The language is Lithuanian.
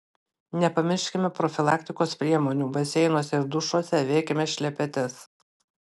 nepamirškime profilaktikos priemonių baseinuose ir dušuose avėkime šlepetes